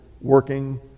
working